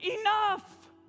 Enough